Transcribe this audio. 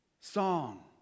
song